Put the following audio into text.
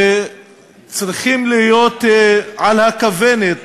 שצריכים להיות על הכוונת